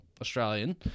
Australian